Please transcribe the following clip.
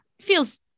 Feels